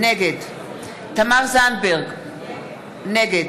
נגד תמר זנדברג, נגד